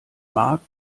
markt